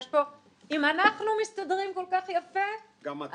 אם אנחנו מסתדרים כל כך יפה, אז...